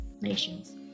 nations